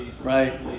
Right